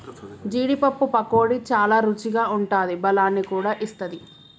జీడీ పప్పు పకోడీ చాల రుచిగా ఉంటాది బలాన్ని కూడా ఇస్తది